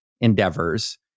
endeavors